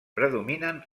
predominen